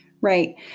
Right